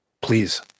please